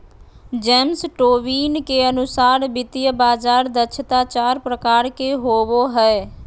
James Tobin के अनुसार वित्तीय बाजार दक्षता चार प्रकार के होवो हय